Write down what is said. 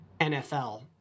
NFL